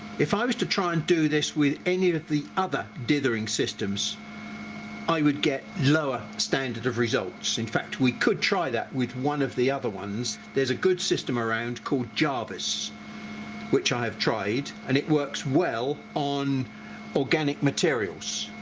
if i was to try and do this with any of the other dithering systems i would get lower standard of results in fact we could try that with one of the other ones there's a good system around called jarvis which i have tried and it works well on organic materials,